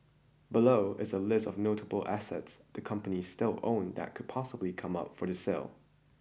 below is a list of notable assets the companies still own that could possibly come up for the sale